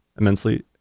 Immensely